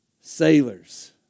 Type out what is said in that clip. sailors